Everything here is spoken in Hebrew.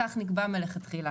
כך נקבע מלכתחילה.